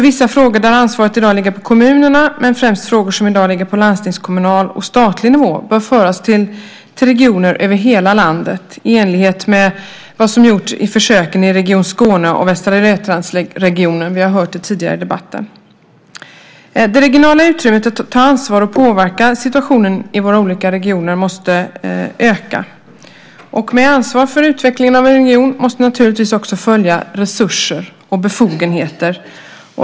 Vissa frågor där ansvaret i dag ligger på kommunerna, men främst frågor som i dag ligger på landstingskommunal och statlig nivå, bör föras till regioner över hela landet i enlighet med vad som gjorts i försöken i Region Skåne och Västra Götalandsregionen. Det har vi hört tidigare i debatten. Det regionala utrymmet att ta ansvar för och påverka situationen i våra olika regioner måste öka. Med ansvar för utvecklingen av en region måste naturligtvis också följa resurser och befogenheter.